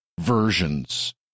versions